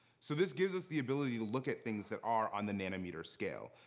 so this gives us the ability to look at things that are on the nanometer scale.